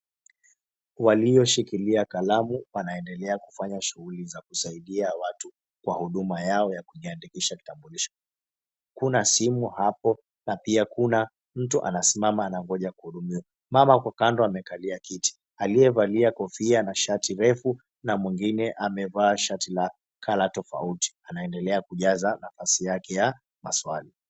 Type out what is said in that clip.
Walioshikilia kalamu wanaendelea kufanya shughuli za kusaidia watu kwa huduma yao ya kujiandikisha kitambulisho. Kuna simu hapo na pia kuna mtu anasimama anangoja kuhudumiwa. Mama ako kando amekalia kiti, aliyevalia kofia na shati refu na mwingine amevaa shati la colour tofauti, anaendelea kujaza nafasi yake ya maswali.